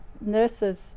nurses